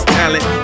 talent